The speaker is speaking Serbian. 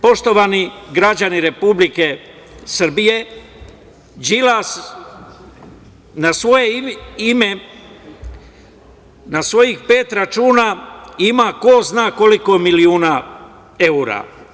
Poštovani građani Republike Srbije, Đilas na svoje ime, na svojih pet računa ima ko zna koliko miliona evra.